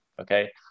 Okay